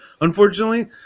Unfortunately